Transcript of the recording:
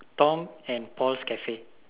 Tom and Paul's Cafe